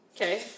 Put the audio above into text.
Okay